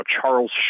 Charles